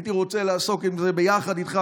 הייתי רוצה לעסוק עם זה ביחד איתך,